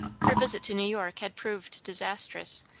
her visit to new york had proved disastrous,